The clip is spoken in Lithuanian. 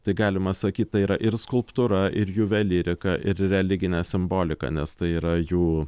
tai galima sakyt tai yra ir skulptūra ir juvelyrika ir religinė simbolika nes tai yra jų